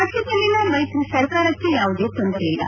ರಾಜ್ಯದಲ್ಲಿನ ಮೈತ್ರಿ ಸರ್ಕಾರಕ್ಕೆ ಯಾವುದೇ ತೊಂದರೆ ಇಲ್ಲ